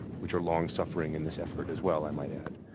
which are long suffering in this effort as well. i might add.